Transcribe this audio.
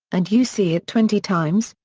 and you see it twenty times,